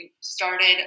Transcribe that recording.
started